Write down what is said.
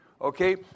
Okay